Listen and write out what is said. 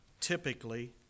typically